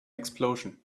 explosion